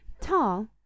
Tall